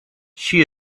she